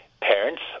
parents